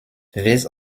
these